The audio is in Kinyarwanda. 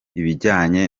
ibijyanye